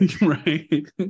Right